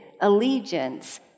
allegiance